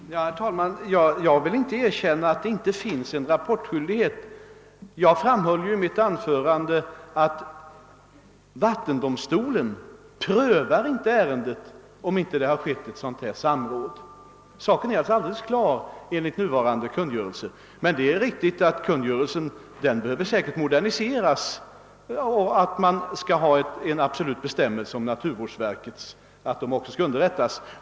Herr talman! Jag vill inte erkänna att det inte finns en rapportskyldighet. Jag framhöll i mitt förra anförande att vattendomstolen inte prövar ärendet om det inte har förekommit samråd. Saken är alltså helt klar enligt nuvarande kungörelse. Det är säkert riktigt att kungörelsen behöver moderniseras och att det bör finnas en bestämmelse om att också naturvårdsverket skall underrättas.